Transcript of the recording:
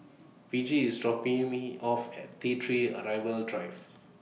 Virgie IS dropping Me off At T three Arrival Drive